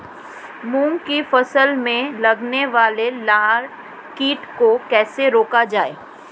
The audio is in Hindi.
मूंग की फसल में लगने वाले लार कीट को कैसे रोका जाए?